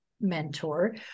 mentor